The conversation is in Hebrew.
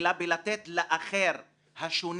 חייבים לדחות את החוק הזה על הסף כי